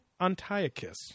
Antiochus